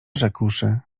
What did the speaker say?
rzekłszy